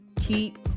keep